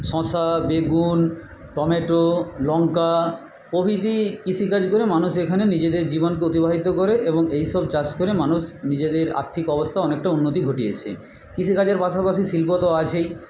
শশা বেগুন টমেটো লঙ্কা প্রভৃতি কৃষিকাজ করে মানুষ এখানে নিজেদের জীবনকে অতিবাহিত করে এবং এইসব চাষ করে মানুষ নিজেদের আর্থিক অবস্থা অনেকটা উন্নতি ঘটিয়েছে কৃষিকাজের পাশাপাশি শিল্প তো আছেই